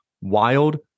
WILD